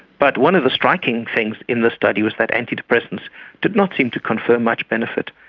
but one of the striking things in this study was that antidepressants did not seem to confer much benefit.